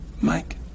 mike